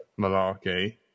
malarkey